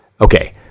Okay